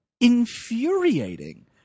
infuriating